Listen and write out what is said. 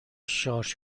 شارژ